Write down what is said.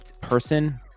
person